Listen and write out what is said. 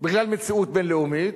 בגלל מציאות בין-לאומית: